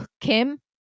kim